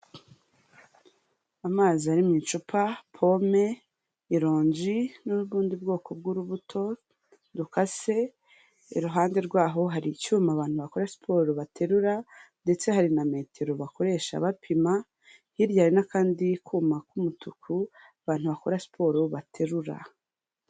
Amazi ari mu icupa, pome, ironji, n'ubundi bwoko bw'urubuto rukase, iruhande rwaho hari icyuma abantu bakora siporo baterura, ndetse hari na metero bakoresha bapima, hirya hari n'akandi kuma k'umutuku abantu bakora siporo baterura.